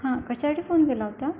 हा कशासाठी फोन केला होता